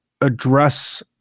address